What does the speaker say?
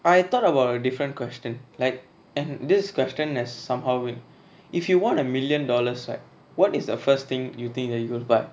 I thought about a different question like and this question is somehow if you won a million dollars right what is the first thing that you think you are going to buy